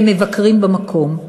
והם מבקרים במקום.